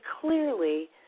clearly